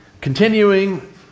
Continuing